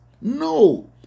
No